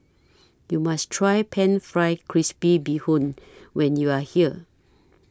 YOU must Try Pan Fried Crispy Bee Hoon when YOU Are here